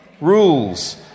rules